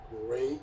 great